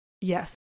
Yes